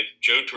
Joe